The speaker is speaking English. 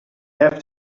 have